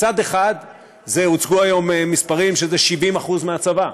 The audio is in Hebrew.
מצד אחד הוצגו היום מספרים שזה 70% מהצבא,